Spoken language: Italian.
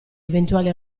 eventuali